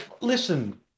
listen